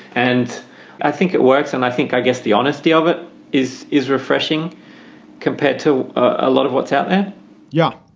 and i think it works. and i think i guess the honesty of it is is refreshing compared to a lot of what's out there yeah,